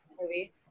Movie